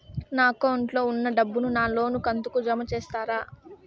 నా అకౌంట్ లో ఉన్న డబ్బును నా లోను కంతు కు జామ చేస్తారా?